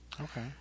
Okay